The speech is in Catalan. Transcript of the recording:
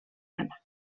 anna